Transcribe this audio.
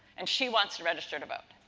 and, she wants to register to vote.